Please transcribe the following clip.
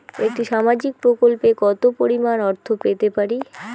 একটি সামাজিক প্রকল্পে কতো পরিমাণ অর্থ পেতে পারি?